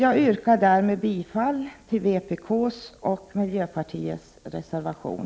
Jag yrkar därmed bifall till vpk:s och miljöpartiets reservation.